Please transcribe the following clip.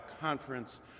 Conference